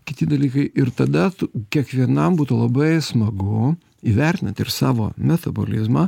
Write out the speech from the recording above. kiti dalykai ir tada tu kiekvienam būtų labai smagu įvertinant ir savo metabolizmą